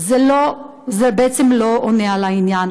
תודה רבה,